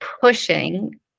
pushing